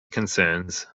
concerns